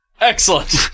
Excellent